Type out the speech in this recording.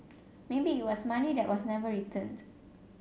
maybe it was money that was never returned